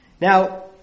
Now